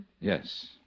Yes